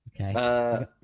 Okay